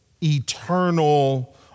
eternal